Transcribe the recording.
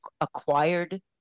acquired